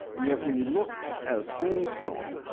and yet when you look at a sling stone,